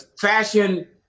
fashion